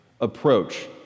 approach